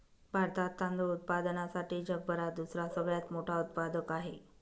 भारतात तांदूळ उत्पादनासाठी जगभरात दुसरा सगळ्यात मोठा उत्पादक आहे